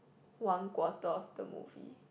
one quarter of the movie